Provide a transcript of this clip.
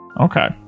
Okay